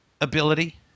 ability